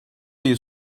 ayı